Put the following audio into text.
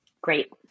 Great